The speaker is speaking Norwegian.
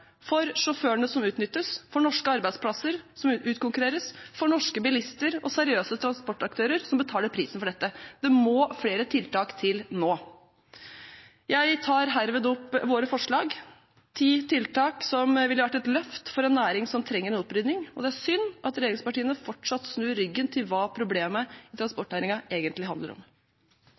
for sjåførene som utnyttes, for norske arbeidsplasser som utkonkurreres, for norske bilister og seriøse transportaktører som betaler prisen for dette. Det må flere tiltak til nå. Jeg tar herved opp våre forslag, ti tiltak som ville vært et løft for en næring som trenger en opprydding. Det er synd at regjeringspartiene fortsatt snur ryggen til hva problemet i transportnæringen egentlig handler om.